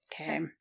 Okay